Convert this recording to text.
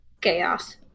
Chaos